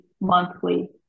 monthly